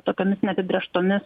tokiomis neapibrėžtomis